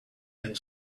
and